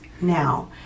now